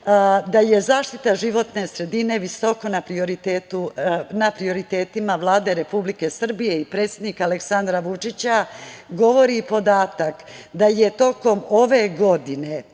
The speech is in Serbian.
Da je zaštita životne sredine visoko na prioritetima Vlade Republike Srbije i predsednika Aleksandra Vučića, govori i podatak da je tokom ove godine